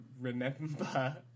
remember